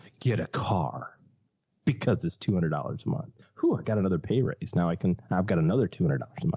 get a car because it's two hundred dollars a month. who i got another pay raise. now i can, i've got another two hundred dollars um a